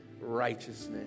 righteousness